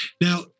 Now